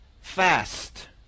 fast